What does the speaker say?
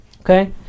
okay